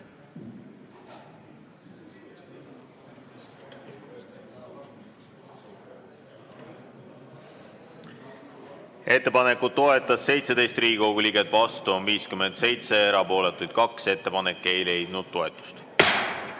Ettepanekut toetas 17 Riigikogu liiget, vastu on 57, erapooletuid 2. Ettepanek ei leidnud toetust.